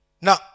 Now